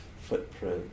footprint